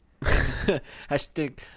Hashtag